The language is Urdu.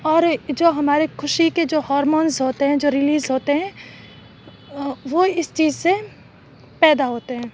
اور جو ہمارے خوشی کے جو ہارمونس ہوتے ہیں جو ریلیز ہوتے ہیں وہ اِس چیز سے پیدا ہوتے ہیں